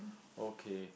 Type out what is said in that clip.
okay